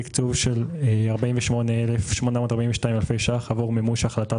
תקצוב של 48,842 אלפי שקלים עבור מימוש החלטת